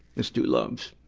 let's do loves.